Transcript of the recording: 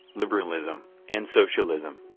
liberalism, and socialism.